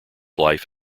life